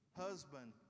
Husband